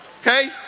Okay